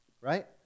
Right